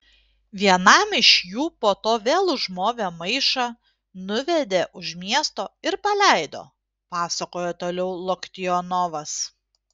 vienam iš jų po to vėl užmovė maišą nuvedė už miesto ir paleido pasakojo toliau loktionovas